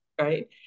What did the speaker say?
Right